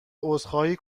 عذرخواهی